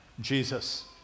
Jesus